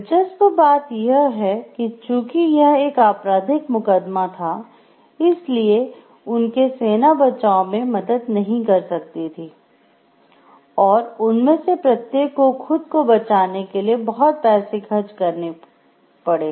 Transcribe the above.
दिलचस्प बात यह है कि चूंकि यह एक आपराधिक मुकदमा था इसलिए उनके सेना बचाव में मदद नहीं कर सकती थी और उनमें से प्रत्येक को खुद को बचाने के लिए बहुत पैसे खर्च करने का पड़े